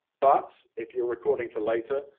but if you're recording for later,